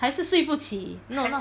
还是睡不起 no no